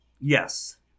Yes